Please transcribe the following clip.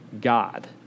God